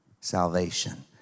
salvation